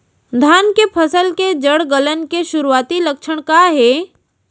धान के फसल के जड़ गलन के शुरुआती लक्षण का हे?